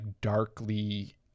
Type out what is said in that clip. darkly